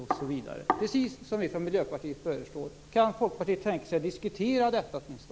Det är precis vad vi i Miljöpartiet föreslår. Kan Folkpartiet tänka sig att åtminstone diskutera detta?